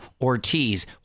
Ortiz